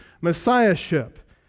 messiahship